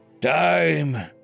Time